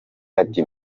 ati